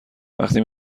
وقتی